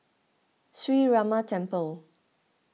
Sree Ramar Temple